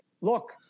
look